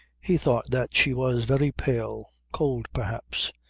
he thought that she was very pale. cold perhaps.